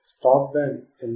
stop band ఎంత